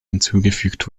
hinzugefügt